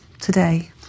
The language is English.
today